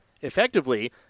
Effectively